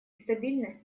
стабильность